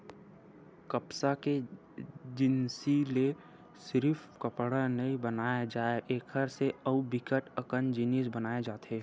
कपसा के जिनसि ले सिरिफ कपड़ा नइ बनाए जाए एकर से अउ बिकट अकन जिनिस बनाए जाथे